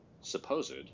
supposed